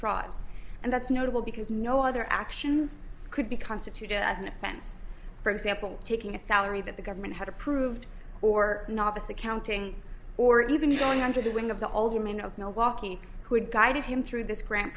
fraud and that's notable because no other actions could be constituted as an offense for example taking a salary that the government had approved or novice accounting or even going under the wing of the alderman of milwaukee who had guided him through this grant